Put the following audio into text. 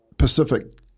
Pacific